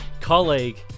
colleague